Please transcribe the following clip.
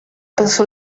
pensò